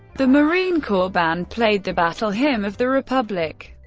the marine corps band played the battle hymn of the republic.